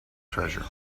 treasure